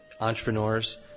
entrepreneurs